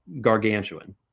gargantuan